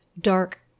dark